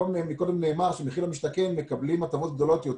קודם נאמר שמחיר למשתכן מקבלים הטבות יותר גדולות.